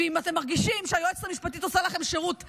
ואם אתם מרגישים שהיועצת המשפטית עושה לכם שירות רע,